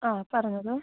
ആ പറഞ്ഞോളൂ